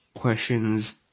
questions